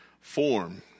form